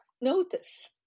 notice